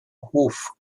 hof